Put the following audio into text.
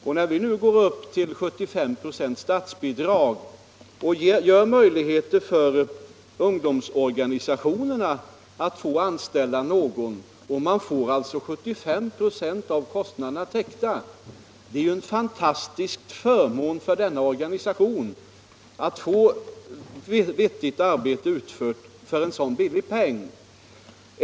Att vi nu höjer statsbidraget till 75 96 och ger möjligheter för ungdomsorganisationerna att få 75 96 av kostnaderna vid nyanställning av viss personal täckta är ju en fantastisk förmån för dessa organisationer, som kan få ett vettigt arbete utfört för en så liten penning.